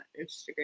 Instagram